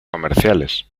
comerciales